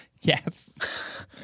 Yes